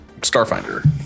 Starfinder